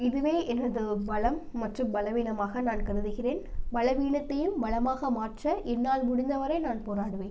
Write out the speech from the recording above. இதுவே எனது பலம் மற்றும் பலவீனமாக நான் கருதுகிறேன் பலவீனத்தையும் பலமாக மாற்ற என்னால் முடிந்த வரை நான் போராடுவேன்